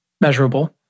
measurable